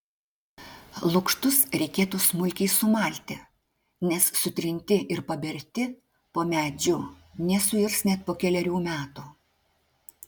lukštus reikėtų smulkiai sumalti nes sutrinti ir paberti po medžiu nesuirs net po kelerių metų